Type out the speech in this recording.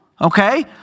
Okay